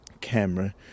camera